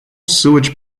sewage